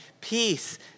Peace